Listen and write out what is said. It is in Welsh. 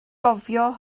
gofio